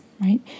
right